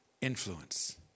influence